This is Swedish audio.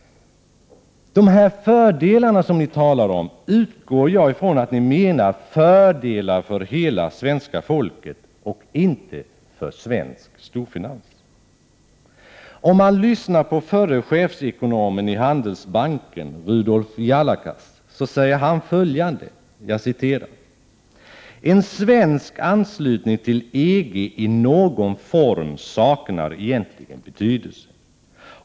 Jag utgår ifrån att ni menar fördelar för hela svenska folket och inte för svensk storfinans. Förre chefsekonomen i Handelsbanken Rudolf Jalakas säger så här: ”En svensk anslutning till EG i någon form saknar egentligen betydelse.